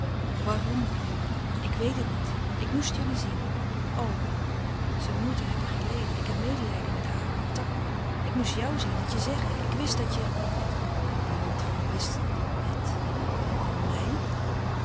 waarom ik weet het niet ik moest jullie zien o ze moeten hebben geleden ik heb medelijden met haar met takma ik moest jou zien het je zeggen ik wist dat je de mantri wist het van mij